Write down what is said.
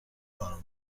کار